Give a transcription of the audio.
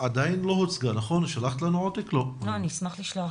אשמח לשלוח